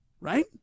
Right